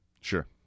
Sure